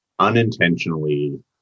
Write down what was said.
unintentionally